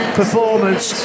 performance